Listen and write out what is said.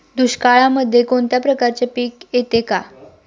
दुष्काळामध्ये कोणत्या प्रकारचे पीक येते का?